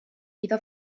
iddo